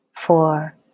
four